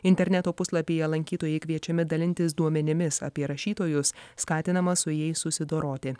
interneto puslapyje lankytojai kviečiami dalintis duomenimis apie rašytojus skatinama su jais susidoroti